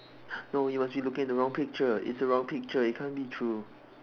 no you must be looking at the wrong picture it's a wrong picture it can't be true